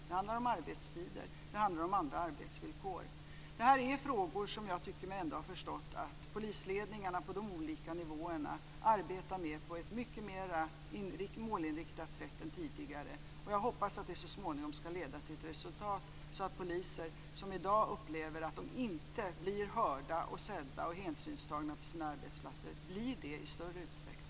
Det handlar om arbetstider och andra arbetsvillkor. Detta är frågor som jag tycker mig ändå ha förstått att polisledningarna på de olika nivåerna arbetar med på ett mycket mera målinriktat sätt än tidigare. Jag hoppas att det så småningom ska leda till resultat så att poliser som upplever att de i dag inte blir hörda, sedda och tagna hänsyn till på sina arbetsplatser blir det i större utsträckning.